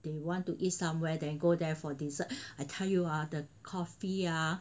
they want to eat somewhere then go there for dessert I tell you ah the coffee ah